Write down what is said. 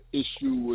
issue